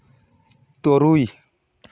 ᱛᱩᱨᱩᱭ